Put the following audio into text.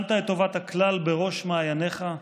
שמת את טובת הכלל בראש מעייניך,